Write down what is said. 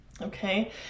okay